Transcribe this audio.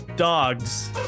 Dogs